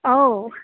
औ